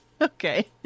Okay